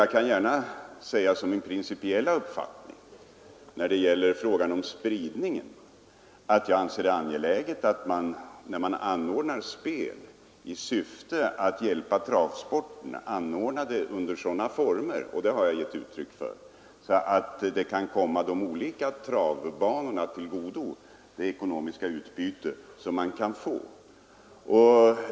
När det gäller frågan om spridningen vill jag gärna som min principiella uppfattning säga att jag anser det angeläget, när man anordnar spel i syfte att hjälpa travsporten, att det sker under sådana former att det ekonomiska utbyte som kan uppstå kommer de olika travbanorna till godo. Det har jag också givit uttryck för.